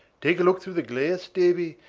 take a look through the glass, davy,